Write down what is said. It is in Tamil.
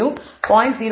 01 0